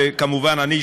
וכמובן אני,